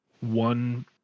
one